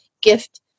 gift